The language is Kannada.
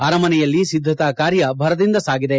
ಅರಮನೆಯಲ್ಲಿ ಸಿದ್ದತಾ ಕಾರ್ಯ ಭರದಿಂದ ಸಾಗಿದೆ